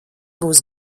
būs